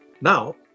Now